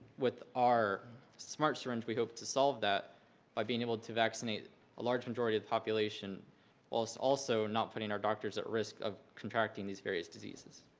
with our smart syringe, we hope to solve that by being able to vaccinate a large majority of the population whilst also not putting our doctors at risk of contracting these various diseases.